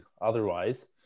otherwise